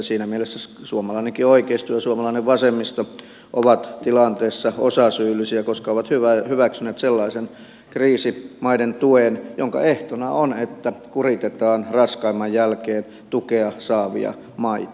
siinä mielessä suomalainenkin oikeisto ja suomalainen vasemmisto ovat tilanteessa osasyyllisiä koska ovat hyväksyneet sellaisen kriisimaiden tuen jonka ehtona on että kuritetaan raskaimman jälkeen tukea saavia maita